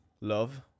love